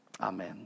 Amen